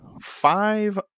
five